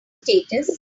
status